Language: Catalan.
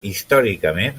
històricament